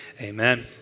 Amen